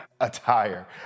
attire